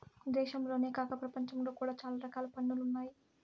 దేశంలోనే కాక ప్రపంచంలో కూడా చాలా రకాల పన్నులు ఉన్నాయి